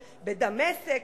בדמשק,